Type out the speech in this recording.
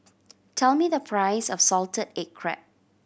tell me the price of salted egg crab